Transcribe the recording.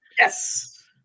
Yes